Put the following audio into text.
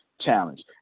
challenge